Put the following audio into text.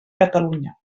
catalunya